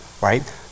right